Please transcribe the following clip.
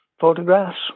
photographs